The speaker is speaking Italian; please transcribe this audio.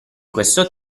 questo